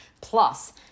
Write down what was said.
plus